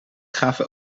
gaven